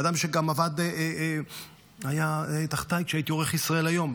אדם שגם היה תחתיי כשהייתי עורך ישראל היום,